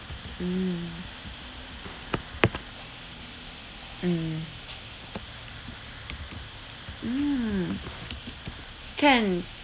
mm mm mm can